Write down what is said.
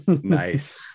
Nice